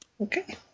Okay